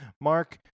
Mark